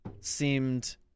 seemed